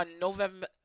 November